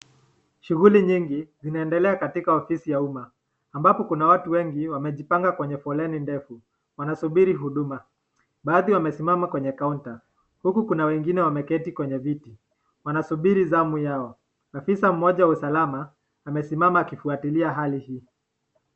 Shughuli nyingi zinaendelea katika ofisi ya uma ambapo kuna watu wengi wamejipanga kwenye foleni ndefu, wanasubiri huduma. Baadhi wamesimama kwenye [counter] huku kuna wengine wameketi kwenye viti wanasubiri zamu yao. [Officer] mmoja wa usalama amesimama akifuatilia hali hio.